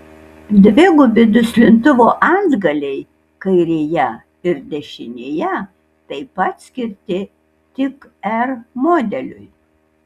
dvigubi duslintuvo antgaliai kairėje ir dešinėje taip pat skirti tik r modeliui